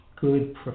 good